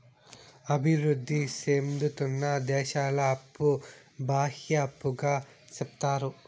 అభివృద్ధి సేందుతున్న దేశాల అప్పు బాహ్య అప్పుగా సెప్తారు